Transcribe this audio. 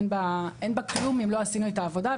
אין בה כלום אם לא עשינו איתה עבודה,